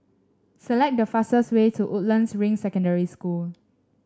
select the fastest way to Woodlands Ring Secondary School